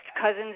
cousins